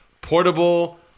portable